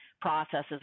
processes